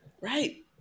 Right